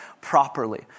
properly